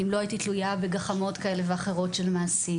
אם לא הייתי תלויה בגחמות כאלה ואחרות של מעסיק,